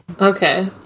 Okay